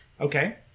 Okay